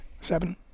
Seven